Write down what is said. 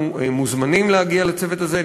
אנחנו מוזמנים להגיע לצוות הזה,